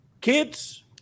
kids